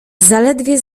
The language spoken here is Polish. zaledwie